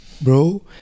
bro